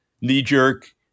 knee-jerk